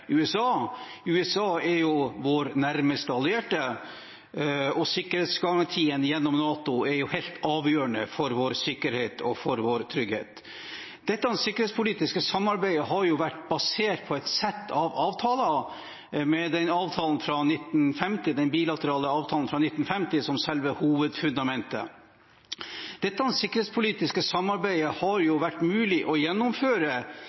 USA. USA er vår nærmeste allierte, og sikkerhetsgarantien gjennom NATO er helt avgjørende for vår sikkerhet og vår trygghet. Dette sikkerhetspolitiske samarbeidet har vært basert på et sett av avtaler, med den bilaterale avtalen fra 1950 som selve hovedfundamentet, og dette sikkerhetspolitiske samarbeidet har vært mulig å gjennomføre